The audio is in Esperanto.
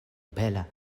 bela